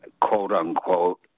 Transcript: quote-unquote